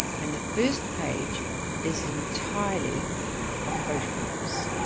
and the first page is entirely of photographs.